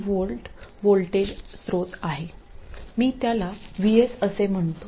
7V voltage स्रोत आहे मी त्याला VS असे म्हणतो